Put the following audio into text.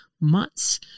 months